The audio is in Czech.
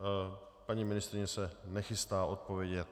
Paní ministryně se nechystá odpovědět?